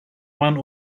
one